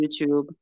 youtube